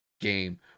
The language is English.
game